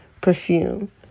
perfume